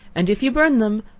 and if you burn them,